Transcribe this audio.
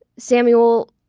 samuel,